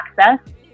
access